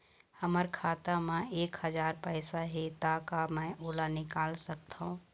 हमर खाता मा एक हजार पैसा हे ता का मैं ओला निकाल सकथव?